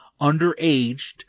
underaged